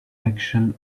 action